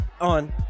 on